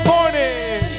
Morning